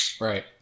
Right